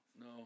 no